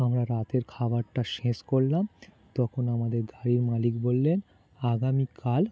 আমরা রাতের খাবারটা শেষ করলাম তখন আমাদের গাড়ির মালিক বললেন আগামীকাল